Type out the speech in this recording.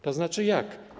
To znaczy jak?